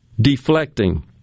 deflecting